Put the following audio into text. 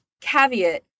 caveat